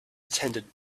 attendant